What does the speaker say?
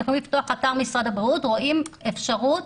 באתר משרד הבריאות רואים אפשרות